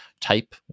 type